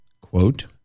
Quote